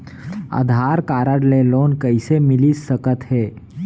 आधार card ले loan कइसे मिलिस सकत हे?